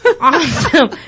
awesome